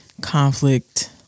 Conflict